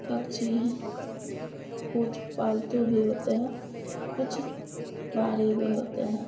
पक्षी कुछ पालतू भी होते हैं कुछ बाहरी भी होते हैं